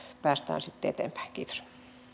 päästään sitten eteenpäin kiitos